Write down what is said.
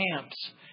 camps